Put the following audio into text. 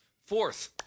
Fourth